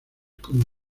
como